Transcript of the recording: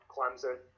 Clemson